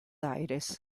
aires